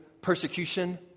persecution